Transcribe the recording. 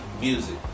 music